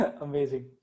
Amazing